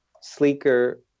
sleeker